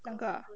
两个啊